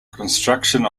construction